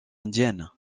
indienne